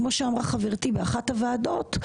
כמו שאמרה חברתי באחת הוועדות,